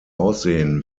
aussehen